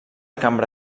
cambra